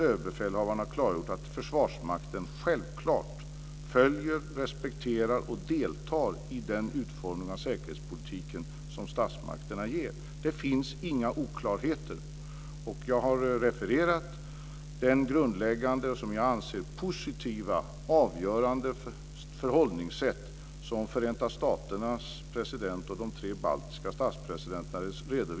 Överbefälhavaren har klargjort att Försvarsmakten självklart följer, respekterar och deltar i den utformning av säkerhetspolitiken som statsmakterna gör. Det finns inga oklarheter. Jag har refererat det grundläggande, och som jag anser positiva och avgörande, förhållningssätt som